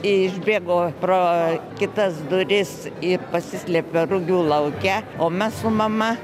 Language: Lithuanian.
išbėgo pro kitas duris ir pasislėpė rugių lauke o mes su mama